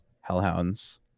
Hellhounds